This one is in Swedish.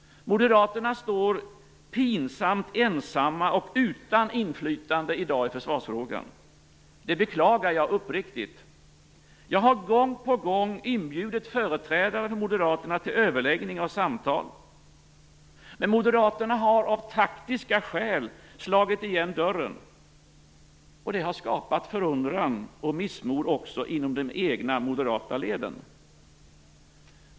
Moderaterna står pinsamt ensamma och utan inflytande i dag i försvarsfrågan. Det beklagar jag uppriktigt. Jag har gång på gång inbjudit företrädare för moderaterna till överläggningar och samtal. Men moderaterna har av taktiska skäl slagit igen dörren, och det har skapat förundran och missmod också inom de egna moderata leden.